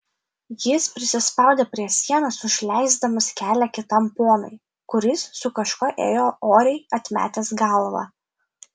jis prisispaudė prie sienos užleisdamas kelią kitam ponui kuris su kažkuo ėjo oriai atmetęs galvą